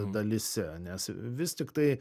dalyse nes vis tiktai